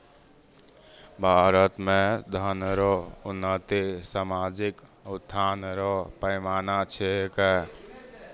भारत मे धन रो उन्नति सामाजिक उत्थान रो पैमाना छिकै